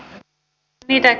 alle viiden